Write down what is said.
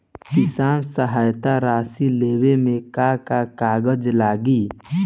किसान सहायता राशि लेवे में का का कागजात लागी?